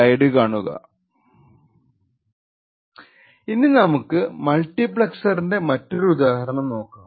slide കാണുക സമയം 1345 ഇനി നമുക്ക് മൾട്ടിപ്ളെക്സിറിന്റെ മറ്റൊരു ഉദാഹരണം നോക്കാം